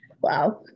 Wow